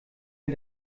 wir